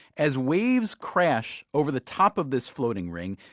as waves crash over the top of this floating ring,